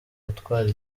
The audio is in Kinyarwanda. gutwara